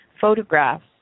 photographs